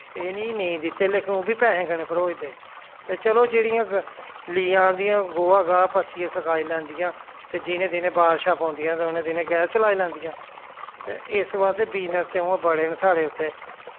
एह् नी नेंई दित्ते लेकिन ओह् बी पैसें कन्नै भरोचदे ते चलो जेह्ड़ियां लेई आनदियां गोआ गाह् पत्थियै सकाई लैंदियां ते जि'नें दिनै बारशां पौंदियां ते उ'नें दिनै गैस चलाई लैंदियां ते इस बास्तै बिजनस ते उ'आं बड़े न साढ़े उत्थें